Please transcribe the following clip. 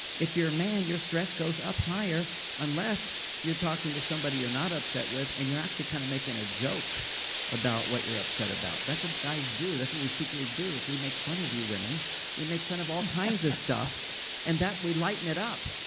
if you're a man, your stress goes up higher unless you're talking to somebody you're not upset with and you're actually kind of making a joke about what you're upset about. that's what guys do. that's what we secretly do. we make fun of you women we make fun of all kinds of stuff and that we lighten it up.